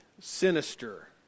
sinister